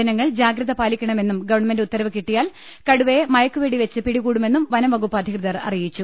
ജനങ്ങൾ ജാഗ്രത പാലിക്കണമെന്നും ഗവൺമെന്റ് ഉത്തരവ് കിട്ടിയാൽ കടുവയെ മയക്കുവെടിവെച്ച് പിടികൂടുമെന്നും വനംവകുപ്പ് അധികൃതർ അറിയിച്ചു